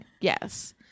Yes